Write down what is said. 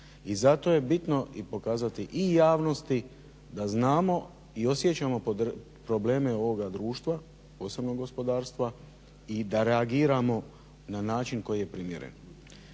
i zato je bitno i pokazati i javnosti da znamo i osjećamo probleme ovoga društva, posebno gospodarstva, i da reagiramo na način koji je primjeren.